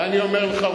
ואני אומר לך,